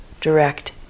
direct